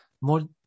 more